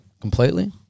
completely